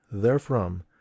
therefrom